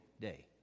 day